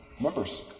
Members